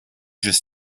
just